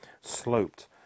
sloped